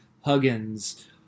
Huggins